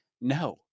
no